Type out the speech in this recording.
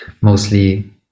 mostly